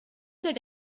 that